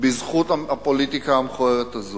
בזכות הפוליטיקה המכוערת הזאת.